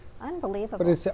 Unbelievable